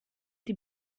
die